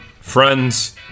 Friends